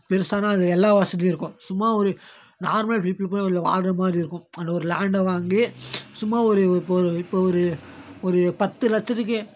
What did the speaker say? பெருசான்னா அது எல்லா வசதியும் இருக்கும் சும்மா ஒரு நார்மல் வீட்டுக்குள்ளே நம்ம வாழ்கிற மாதிரி இருக்கும் அந்த ஒரு லேண்டை வாங்கி சும்மா ஒரு இப்போ ஒரு இப்போ ஒரு ஒரு பத்து லட்சத்துக்கு